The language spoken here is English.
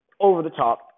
over-the-top